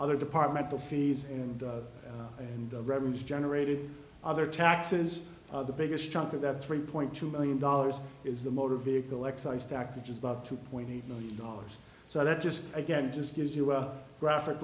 other department the fees and the revenues generated other taxes the biggest chunk of that three point two million dollars is the motor vehicle excise tax which is about two point eight million dollars so that just again just gives you a graphic